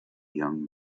young